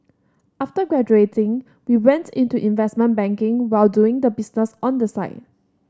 after graduating he went into investment banking while doing the business on the side